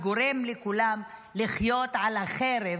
וגורם לכולם לחיות על החרב,